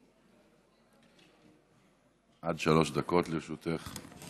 עד שלוש דקות לרשותך.